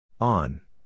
On